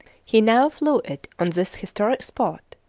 he now flew it on this historic spot,